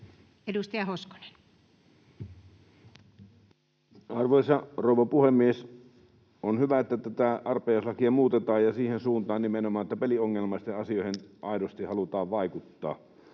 14:35 Content: Arvoisa rouva puhemies! On hyvä, että tätä arpajaislakia muutetaan ja nimenomaan siihen suuntaan, että peliongelmaisten asioihin aidosti halutaan vaikuttaa.